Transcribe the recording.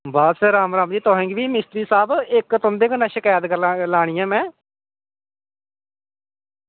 बस राम राम तुसेंगी बी मिस्तरी साहब इक्क तुंदे कन्नै शकैत लानी ऐ में